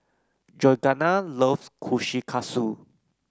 Georganna loves Kushikatsu